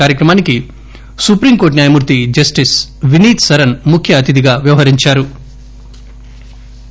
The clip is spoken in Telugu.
కార్యక్రమానికి సుప్రీంకోర్లు న్యాయమూర్తి జస్టిస్ వినీత్ సరన్ ముఖ్య అతిథిగా వ్యవహరించారు